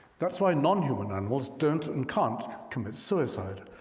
that's why non-human animals don't and can't commit suicide.